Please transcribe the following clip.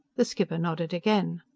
the skipper nodded again.